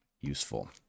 useful